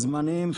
זמניים,